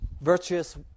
virtuous